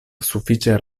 sufiĉe